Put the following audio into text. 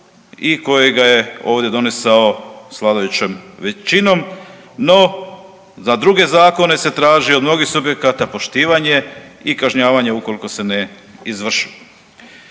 i kojega je ovdje donesao s vladajućom većinom. No za druge zakone se traži od mnogih subjekata poštivanje i kažnjavanje ukoliko se ne izvrše.